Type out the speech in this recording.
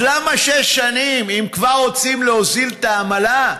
אז למה שש שנים, אם כבר רוצים להוזיל את העמלה?